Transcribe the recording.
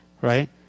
right